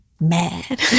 mad